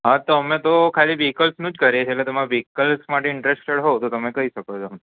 હા તો મેં તો ખાલી વેહિકલ્સનુ કરીયે છે તમારે વેહિકલ્સ માટે ઇન્ટરેસ્ટ હોય તો તમે કહી શકો છો